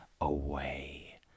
away